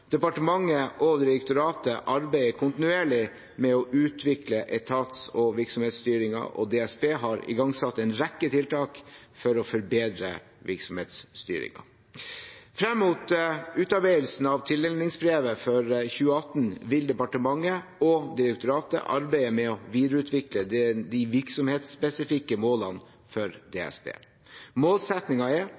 Departementet og direktoratet arbeider kontinuerlig med å utvikle etats- og virksomhetsstyringen, og DSB har igangsatt en rekke tiltak for å forbedre virksomhetsstyringen. Frem mot utarbeidelsen av tildelingsbrevet for 2018 vil departementet og direktoratet arbeide med å videreutvikle de virksomhetsspesifikke målene for DSB. Målsettingen er